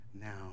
now